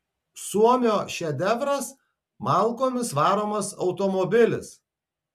suomio šedevras malkomis varomas automobilis